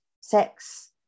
sex